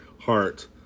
heart